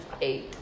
Eight